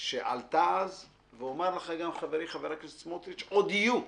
שעלתה אז, וחברי בצלאל סמוטריץ, עוד יהיו.